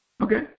Okay